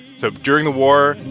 so during the war,